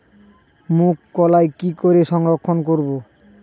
মুঘ কলাই কি করে সংরক্ষণ করব?